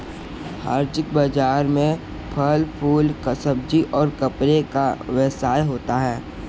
हाजिर बाजार में फल फूल सब्जी और कपड़े का व्यवसाय होता है